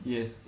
Yes